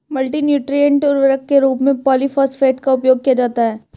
multi nutrient उर्वरक के रूप में पॉलिफॉस्फेट का उपयोग किया जाता है